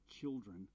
children